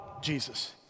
Jesus